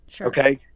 Okay